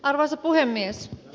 arvoisa puhemies